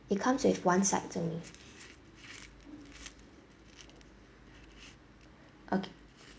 it comes with one sides only okay